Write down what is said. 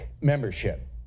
membership